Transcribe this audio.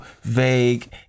vague